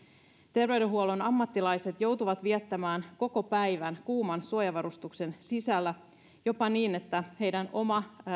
terveydenhuollon ammattilaiset joutuvat viettämään koko päivän kuuman suojavarustuksen sisällä jopa niin että heidän oma